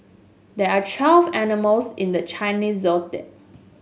there are twelve animals in the Chinese Zodiac